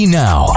now